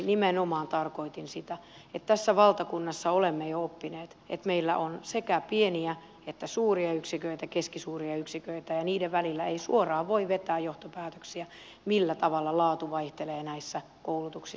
nimenomaan tarkoitin sitä että tässä valtakunnassa olemme jo oppineet että meillä on sekä pieniä keskisuuria että suuria yksiköitä ja niiden välillä ei suoraan voi vetää johtopäätöksiä millä tavalla laatu vaihtelee näissä koulutuksissa